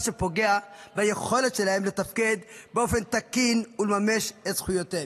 מה שפוגע ביכולת שלהם לתפקד באופן תקין ולממש את זכויותיהם.